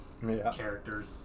characters